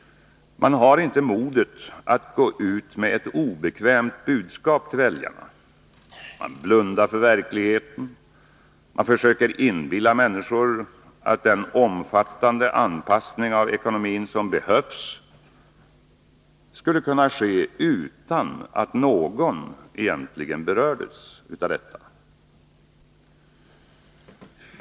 Man har inte mod att gå ut med ett obekvämt budskap till väljarna. Man blundar för verkligheten, och man försöker inbilla människor att den omfattande anpassning av ekonomin som behövs skulle kunna ske utan att någon egentligen berördes av detta.